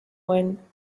when